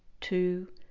two